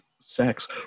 sex